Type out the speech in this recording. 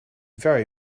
very